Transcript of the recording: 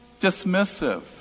dismissive